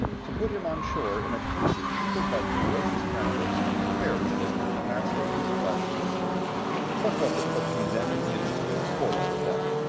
to put him on shore in a country peopled by ferocious cannibals, prepared to make a repast on his flesh what was it but condemning him to a horrible death?